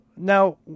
Now